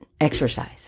exercise